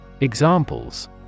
Examples